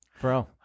Bro